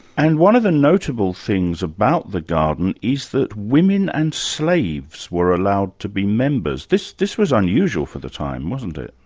and one of the notable things about the garden is that women and slaves were allowed to be members. this this was unusual for the time, wasn't it?